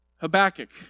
Habakkuk